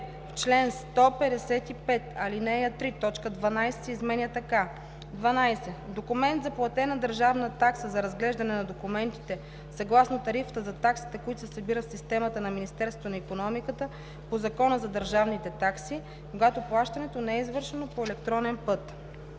чл. 155, ал. 3 т. 12 се изменя така: „12. документ за платена държавна такса за разглеждане на документите съгласно тарифата за таксите, които се събират в системата на Министерството на икономиката по Закона за държавните такси, когато плащането не е извършено по електронен път.“